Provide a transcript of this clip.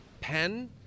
pen